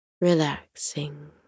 relaxing